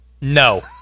No